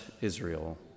Israel